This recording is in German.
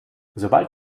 sobald